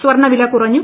സ്വർണ്ണവില കുറഞ്ഞു